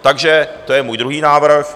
Takže to je můj druhý návrh.